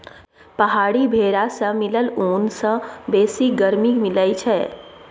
पहाड़ी भेरा सँ मिलल ऊन सँ बेसी गरमी मिलई छै